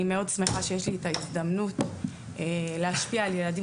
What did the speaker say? אני מאוד שמחה שניתנה לי ההזדמנות להשפיע על ילדים